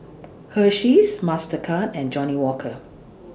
Hersheys Mastercard and Johnnie Walker